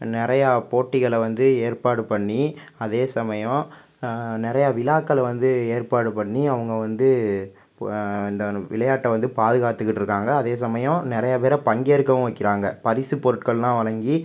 நிறையா போட்டிகளை வந்து ஏற்பாடு பண்ணி அதேசமயம் நிறைய விழாக்களை வந்து ஏற்பாடு பண்ணி அவங்க வந்து இந்த விளையாட்டை வந்து பாதுகாத்துக்கிட்டு இருக்காங்க அதேசமயம் நிறையா பேரை பங்கேற்கவும் வைக்கிறாங்க பரிசு பொருட்கள்லாம் வழங்கி